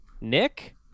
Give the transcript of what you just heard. Nick